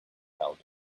held